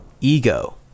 ego